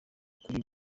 kuri